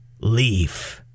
leaf